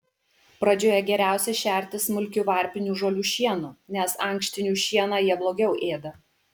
pradžioje geriausia šerti smulkiu varpinių žolių šienu nes ankštinių šieną jie blogiau ėda